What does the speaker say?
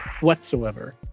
whatsoever